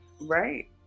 right